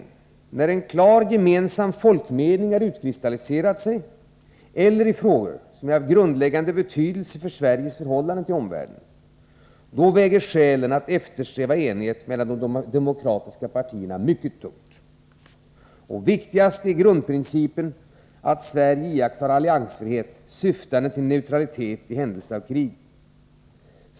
I frågor där en klar, gemensam folkmening har utkristalliserat sig, eller i frågor som är av grundläggande betydelse för Sveriges förhållande till omvärlden, där väger skälen att eftersträva enighet mellan de demokratiska partierna mycket tungt. Viktigast är grundprincipen att Sverige iakttar alliansfrihet syftande till neutralitet i händelse av krig.